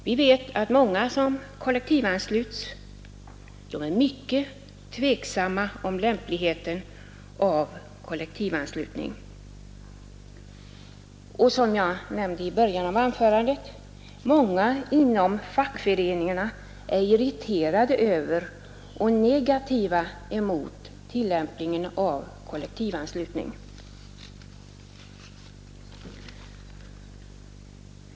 Vi vet att många som kollektivansluts till politiskt parti är mycket tveksamma om lämpligheten av kollektivanslutningen, och — som jag nämnde i början av mitt anförande — även många inom fackföreningarna är irriterade över och negativt inställda till tillämpningen av kollektivanslutning.